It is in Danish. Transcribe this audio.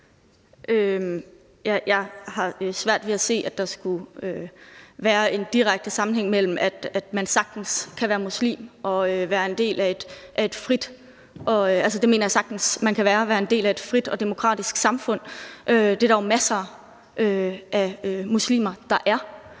Jeg har svært ved at se, at der skulle være en direkte sammenhæng mellem det. Man kan sagtens være muslim og være en del af et frit og demokratisk samfund – det mener jeg sagtens at man kan være